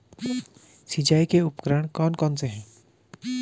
सिंचाई के उपकरण कौन कौन से हैं?